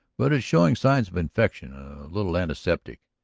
but it's showing signs of infection. a little antiseptic.